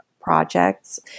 projects